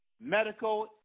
medical